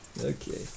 Okay